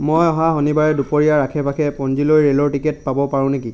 মই অহা শনিবাৰে দুপৰীয়াৰ আশে পাশে পঞ্জিলৈ ৰে'লৰ টিকেট পাব পাৰো নেকি